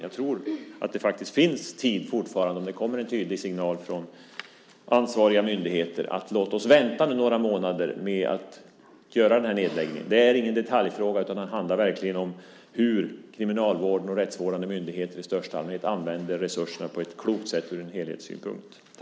Jag tror att det fortfarande finns tid om det kommer en tydlig signal från ansvariga myndigheter om att man bör vänta några månader med nedläggningen. Detta är inte någon detaljfråga, utan den handlar verkligen om hur Kriminalvården och rättsvårdande myndigheter i största allmänhet använder resurserna på ett klokt sätt ur en helhetssynpunkt.